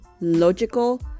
logical